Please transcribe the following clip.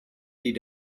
did